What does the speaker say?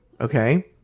okay